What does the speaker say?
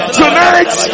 tonight